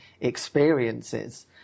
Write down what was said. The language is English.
experiences